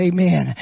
Amen